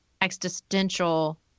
existential